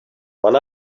one